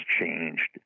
changed